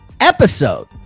episode